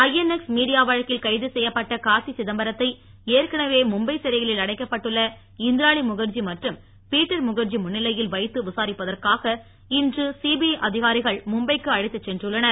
INX media வழக்கில் கைது செய்யப்பட்ட கார்த்தி சிதம்பரத்தை ஏற்கனவே மும்பை சிறைகளில் அடைக்கப்பட்டுள்ள இந்திராணி முகர்ஜி மற்றும் பீட்டர் முகர்ஜி முன்னிலையில் வைத்து விசாரிப்பதற்காக இன்று சிபிஐ அதிகாரிகள் மும்பைக்கு அழைத்துச் சென்றுள்ளனர்